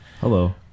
Hello